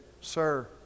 sir